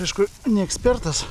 aišku ne ekspertas